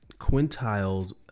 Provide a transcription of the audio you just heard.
Quintiles